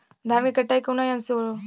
धान क कटाई कउना यंत्र से हो?